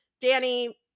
Danny